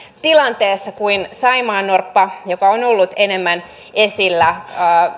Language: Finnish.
tilanteessa kuin saimaannorppa joka on ollut enemmän esillä